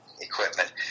equipment